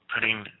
Putting